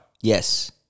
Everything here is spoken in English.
Yes